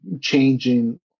changing